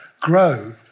grow